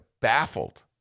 baffled